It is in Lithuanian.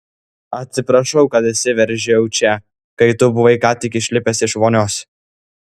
atsiprašau kad įsiveržiau čia kai tu buvai ką tik išlipęs iš vonios